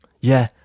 Yeah